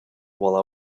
while